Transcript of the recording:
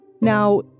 Now